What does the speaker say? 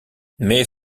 mais